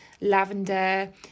lavender